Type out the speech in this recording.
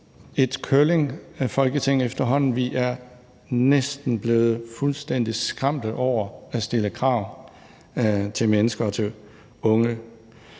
et Curlingfolketing efterhånden. Vi er næsten blevet fuldstændig skræmte over at skulle stille krav til mennesker, herunder